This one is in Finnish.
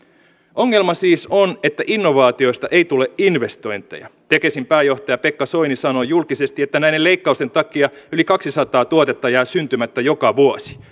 ongelma siis on että innovaatioista ei tule investointeja tekesin pääjohtaja pekka soini sanoi julkisesti että näiden leikkausten takia yli kaksisataa tuotetta jää syntymättä joka vuosi